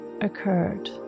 occurred